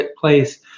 place